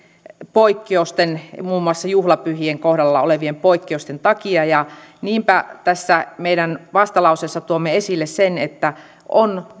poikkeusten muun muassa juhlapyhien kohdalla olevien poikkeusten takia ja niinpä tässä meidän vastalauseessamme tuomme esille sen että on